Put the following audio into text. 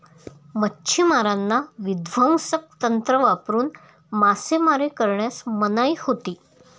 मच्छिमारांना विध्वंसक तंत्र वापरून मासेमारी करण्यास मनाई होती